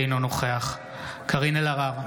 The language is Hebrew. אינו נוכח קארין אלהרר,